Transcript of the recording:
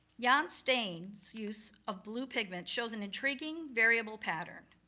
jan steen's use of blue pigment shows an intriguing variable pattern.